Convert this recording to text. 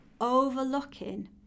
overlooking